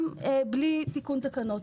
גם בלי תיקון תקנות.